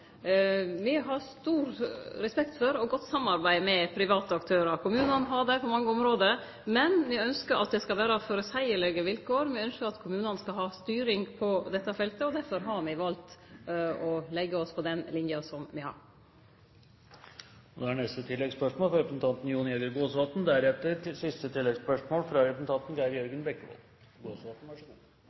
har stor respekt for og godt samarbeid med private aktørar. Kommunane har det på mange område, men me ynskjer at det skal vere føreseielege vilkår, me ynskjer at kommunane skal ha styring på dette feltet. Derfor har me valt å leggje oss på den linja som me har